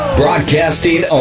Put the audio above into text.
broadcasting